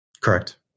Correct